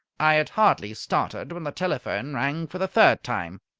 i had hardly started when the telephone rang for the third time.